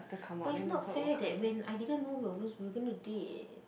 but it's not fair that when I didn't know we will lose we going to date